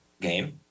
game